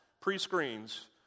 Pre-screens